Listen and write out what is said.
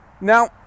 Now